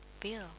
feel